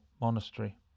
Monastery